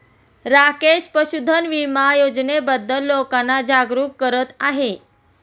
राकेश पशुधन विमा योजनेबद्दल लोकांना जागरूक करत आहे